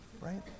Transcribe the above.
right